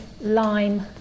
lime